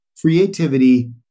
creativity